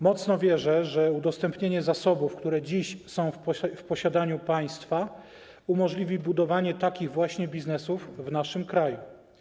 Mocno wierzę, że udostępnienie zasobów, które dziś są w posiadaniu państwa, umożliwi budowanie takich właśnie biznesów w naszym kraju.